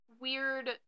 weird